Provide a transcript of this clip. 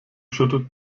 schüttet